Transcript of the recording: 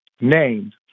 named